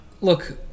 Look